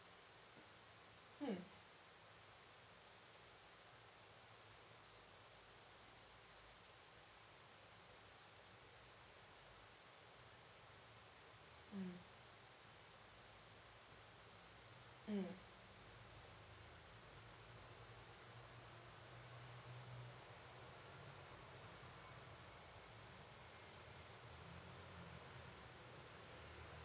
hmm mm mm